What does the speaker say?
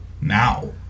Now